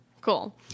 Cool